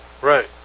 Right